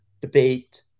debate